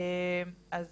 אז